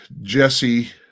Jesse